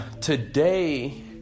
today